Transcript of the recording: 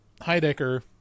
Heidecker